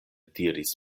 diris